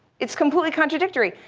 it's completely contradictory.